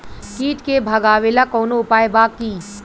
कीट के भगावेला कवनो उपाय बा की?